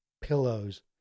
Pillows